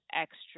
extra